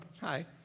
hi